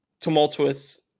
tumultuous